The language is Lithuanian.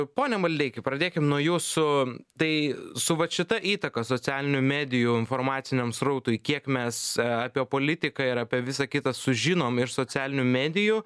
pone maldeiki pradėkim nuo jūsų tai su vat šita įtaka socialinių medijų informaciniam srautui kiek mes apie politiką ir apie visa kita sužinom iš socialinių medijų